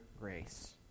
grace